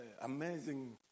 amazing